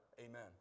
Amen